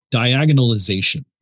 diagonalization